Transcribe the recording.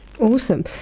awesome